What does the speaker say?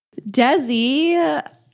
Desi